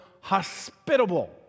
Hospitable